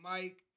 Mike